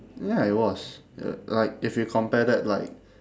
ya it was l~ like if you compare that like